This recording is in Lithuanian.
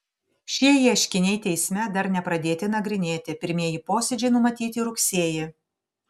šie ieškiniai teisme dar nepradėti nagrinėti pirmieji posėdžiai numatyti rugsėjį